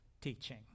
teaching